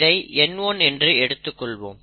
இதை N1 என்று எடுத்துக்கொள்வோம்